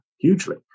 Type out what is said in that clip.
hugely